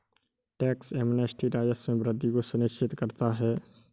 tax amnesty राजस्व में वृद्धि को सुनिश्चित करता है